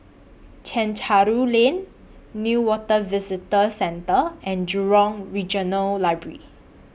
Chencharu Lane Newater Visitor Centre and Jurong Regional Library